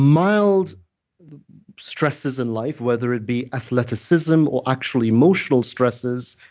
mild stresses in life, whether it be athleticism or actual emotional stresses,